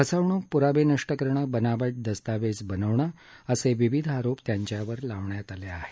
फसवणूक पुरावे नष्ट करणे बनावट दस्तऐवज बनवणं असे विविध आरोप त्यांच्यावर लावण्यात आले आहेत